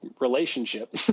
relationship